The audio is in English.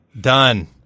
Done